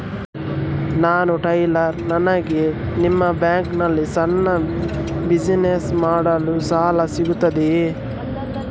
ನಾನು ಟೈಲರ್, ನನಗೆ ನಿಮ್ಮ ಬ್ಯಾಂಕ್ ನಲ್ಲಿ ಸಣ್ಣ ಬಿಸಿನೆಸ್ ಮಾಡಲು ಸಾಲ ಸಿಗುತ್ತದೆಯೇ?